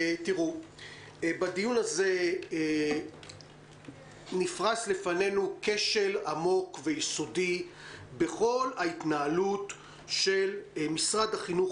בדיון הזה נפרש לפנינו כשל עמוק ויסודי בכל ההתנהלות של משרד החינוך,